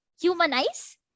humanize